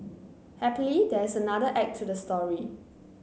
happily there is another act to the story